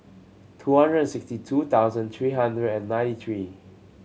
two hundred and sixty two thousand three hundred and ninety three